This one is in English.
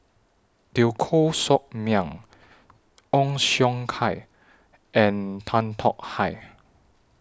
Teo Koh Sock Miang Ong Siong Kai and Tan Tong Hye